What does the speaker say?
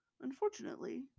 Unfortunately